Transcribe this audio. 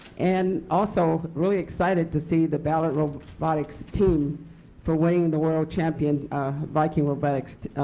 and also really excited to see the but robotics robotics team for winning the world champion viking robotics